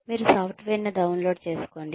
మీరు సాఫ్ట్వేర్ను డౌన్లోడ్ చేసుకోండి